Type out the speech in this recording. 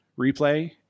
Replay